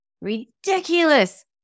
ridiculous